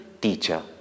teacher